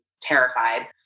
terrified